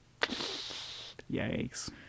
Yikes